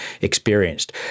experienced